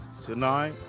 Tonight